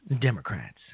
Democrats